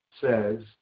says